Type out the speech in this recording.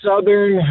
southern